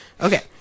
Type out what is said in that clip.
Okay